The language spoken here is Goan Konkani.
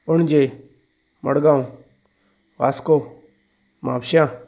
पणजे मडगांव वास्को म्हापश्यां